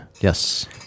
Yes